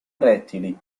rettili